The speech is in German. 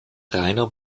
rainer